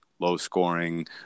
Low-scoring